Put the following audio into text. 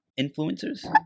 influencers